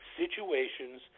situations